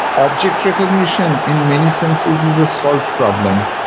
object recognition in many senses is a solved problem,